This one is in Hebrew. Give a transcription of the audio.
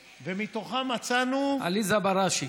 ומתוכן, מצאנו עליזה בראשי,